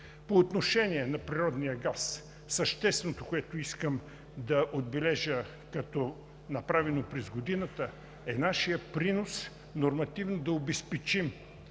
По отношение на природния газ същественото, което искам да отбележа като направено през годината, е нашият принос нормативно да обезпечим